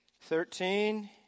thirteen